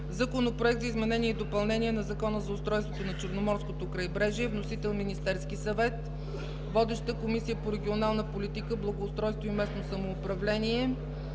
Законопроект за изменение и допълнение на Закона за устройството на Черноморското крайбрежие. Вносител – Министерският съвет. Водеща е Комисията по регионална политика, благоустройство и местно самоуправление.